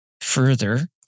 further